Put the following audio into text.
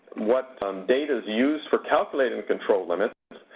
what data is used for calculating the control limits,